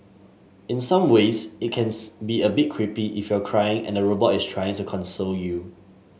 in some ways it can be a bit creepy if you're crying and the robot is trying to console you